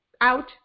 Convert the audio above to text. out